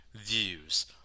views